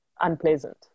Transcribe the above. unpleasant